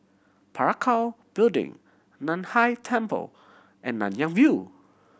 Parakou Building Nan Hai Temple and Nanyang View